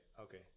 okay